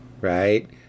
right